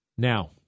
Now